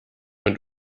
und